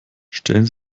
stellen